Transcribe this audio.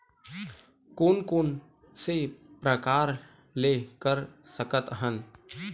कोन कोन से प्रकार ले कर सकत हन?